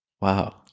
Wow